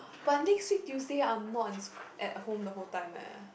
but next week Tuesday I'm not in sc~ at home the whole time eh